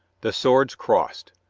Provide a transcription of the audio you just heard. the swords crossed.